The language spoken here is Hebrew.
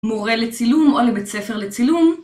מורה לצילום או לבית ספר לצילום